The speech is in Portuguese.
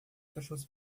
cachorros